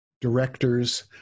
directors